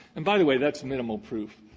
and by the way, that's minimal proof.